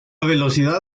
velocidad